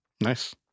Nice